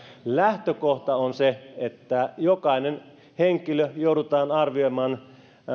lähtökohta on se että jokainen henkilö joudutaan arvioimaan